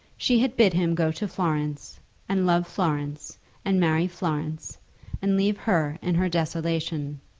she had bid him go to florence and love florence and marry florence and leave her in her desolation.